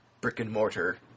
brick-and-mortar